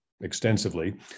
extensively